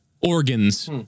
organs